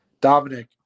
Dominic